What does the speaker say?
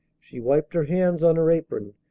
she wiped her hands on her apron,